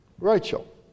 Rachel